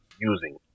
using